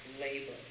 labor